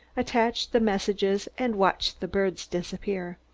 attached the messages, and watched the birds disappear.